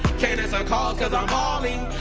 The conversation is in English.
so calls cause i'm balling